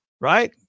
right